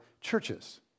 churches